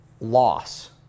loss